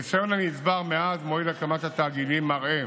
הניסיון הנצבר מאז מועד הקמת התאגידים מראה